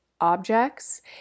objects